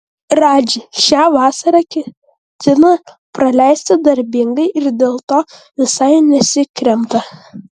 radži šią vasarą ketina praleisti darbingai ir dėl to visai nesikremta